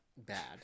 Bad